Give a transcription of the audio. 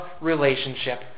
relationship